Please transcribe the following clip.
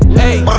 hay